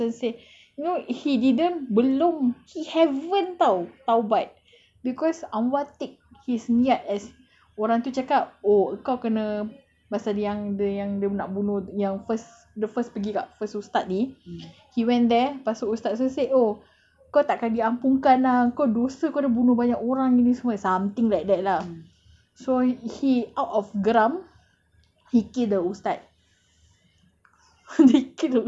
dia repent dia mati dia masuk syurga because the person say no he didn't belum he haven't [tau] taubat because allah take his niat as orang tu cakap oh engkau kena pasal dia yang dia nak bunuh dia punya yang first the first pergi dekat first ustaz ni he went there lepas tu ustaz tu say oh kau tak akan diampunkan lah kau dosa kau dah bunuh banyak orang ini semua something like that lah so he out of geram he killed the ustaz